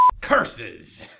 Curses